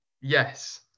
yes